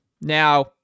Now